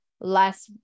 less